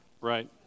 Right